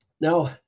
now